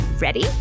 Ready